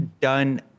done